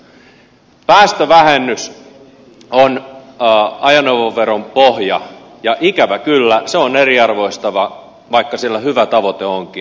päästövähennys on ajoneuvoveron pohja ja ikävä kyllä se on eriarvoistava vaikka sillä hyvä tavoite onkin